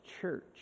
church